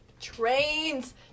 trains